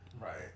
Right